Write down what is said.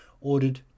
ordered